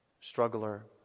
struggler